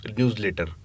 newsletter